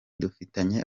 dufitanye